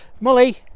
Molly